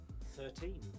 Thirteen